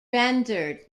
rendered